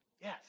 yes